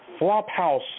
Flophouse